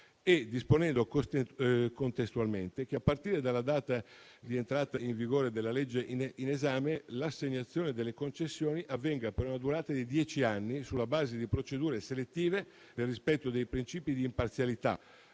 e disponendo contestualmente che, a partire dalla data di entrata in vigore della legge in esame, l'assegnazione delle concessioni avvenga per una durata di dieci anni sulla base di procedure selettive, nel rispetto dei principi di imparzialità,